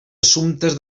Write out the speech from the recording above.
assumptes